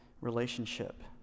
relationship